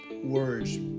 words